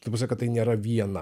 ta prasme kad tai nėra viena